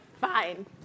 fine